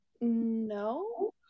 No